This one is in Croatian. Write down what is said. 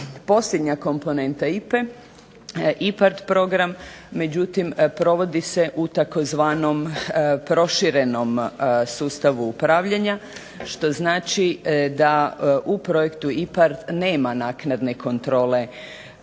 Posljednja komponenta IPA-e IPARD program, međutim provodi se u tzv. "proširenom" sustavu upravljanja što znači da u projektu IPARD nema naknadne kontrole